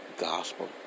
gospel